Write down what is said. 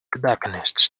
tobacconists